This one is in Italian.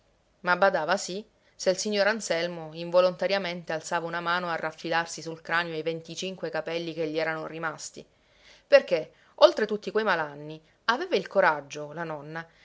ma badava sì se il signor anselmo involontariamente alzava una mano a raffilarsi sul cranio i venticinque capelli che gli erano rimasti perché oltre tutti quei malanni aveva il coraggio la nonna